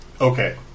Okay